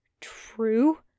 true